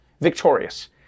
victorious